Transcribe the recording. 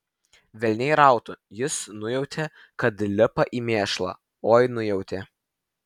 velniai rautų jis nujautė kad lipa į mėšlą oi nujautė